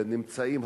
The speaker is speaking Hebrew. שנמצאים,